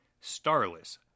starless